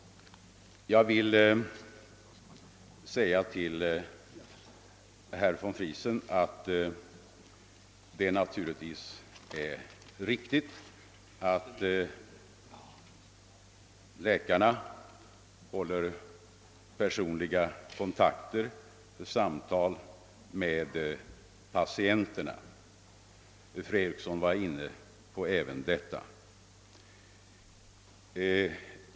Jag vill vidare säga till herr von Friesen, att det naturligtvis är riktigt att läkarna håller personlig kontakt med och samtalar med patienterna; även fru Eriksson i Stockholm var inne på den saken.